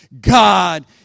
God